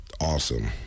awesome